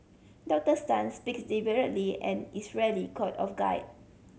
Doctors Tan speak deliberately and is rarely caught off guard